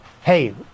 hey